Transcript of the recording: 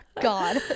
God